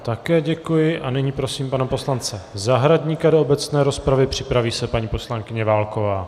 Také děkuji a nyní prosím pana poslance Zahradníka do obecné rozpravy, připraví se paní poslankyně Válková.